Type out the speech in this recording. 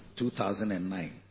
2009